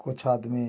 कुछ आदमी